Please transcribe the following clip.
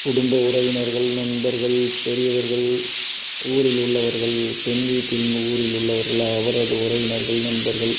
குடும்ப உறவினர்கள் நண்பர்கள் பெரியவர்கள் ஊரில் உள்ளவர்கள் பெண் வீட்டிலேருந்து ஊரில் உள்ளவர்கள் அவரது உறவினர்கள் நண்பர்கள்